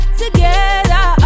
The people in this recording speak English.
together